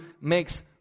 makes